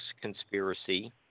Conspiracy